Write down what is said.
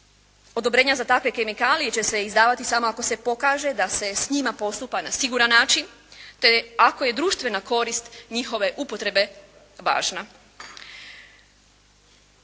Odobrenja za takve kemikalije će se izdavati samo ako se pokaže da se s njima postupa na siguran način te ako je društvena korist njihove upotrebe važna.